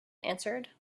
answered